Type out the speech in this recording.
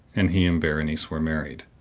and he and berenice were married.